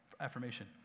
affirmation